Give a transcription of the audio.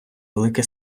велике